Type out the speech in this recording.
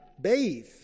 bathe